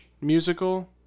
musical